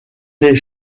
les